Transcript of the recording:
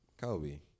Kobe